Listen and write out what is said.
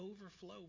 overflow